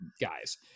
guys